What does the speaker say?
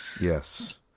Yes